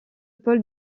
pôle